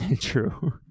True